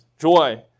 joy